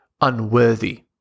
unworthy